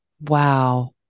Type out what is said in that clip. Wow